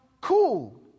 cool